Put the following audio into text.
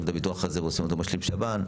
את הביטוח הזה ועושים אותו משלים שב"ן.